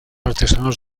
artesanos